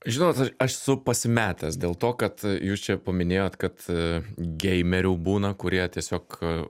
žinot aš aš esu pasimetęs dėl to kad jūs čia paminėjot kad geimerių būna kurie tiesiog